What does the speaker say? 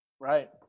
Right